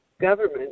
government